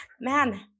man